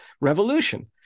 revolution